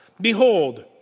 Behold